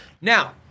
Now